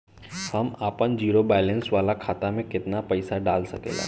हम आपन zero balance वाला खाता मे केतना पईसा डाल सकेला?